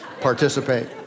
Participate